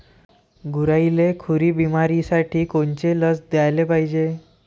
गुरांइले खुरी बिमारीसाठी कोनची लस द्याले पायजे?